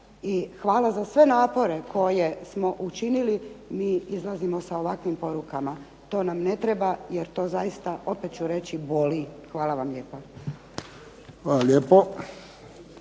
hvala za sve napore koje smo učinili mi izlazimo sa ovakvim porukama. To nam ne treba jer to zaista, opet ću reći, boli. Hvala vam lijepa. **Friščić,